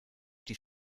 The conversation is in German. die